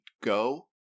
go